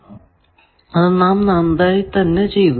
അത് നാം നന്നായി തന്നെ ചെയ്തു